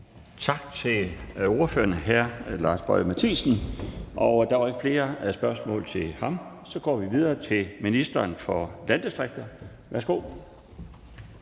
Tak til hr. Lars Boje Mathiesen. Der er ikke flere spørgsmål. Så går vi videre til ministeren for landdistrikter. Værsgo.